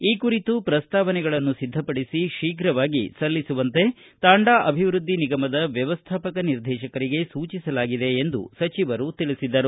ಈ ಕುರಿತು ಪ್ರಸ್ತಾವನೆಗಳನ್ನು ಸಿದ್ದಪಡಿಸಿ ಶೀಘವಾಗಿ ಸಲ್ಲಿಸುವಂತೆ ತಾಂಡ ಅಭಿವೃದ್ದಿ ನಿಗಮದ ವ್ಯವಸ್ಥಾಪಕ ನಿರ್ದೇಶಕರಿಗೆ ಸೂಚಿಸಲಾಗಿದೆ ಎಂದು ಸಚಿವರು ತಿಳಿಸಿದರು